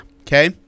Okay